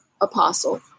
apostle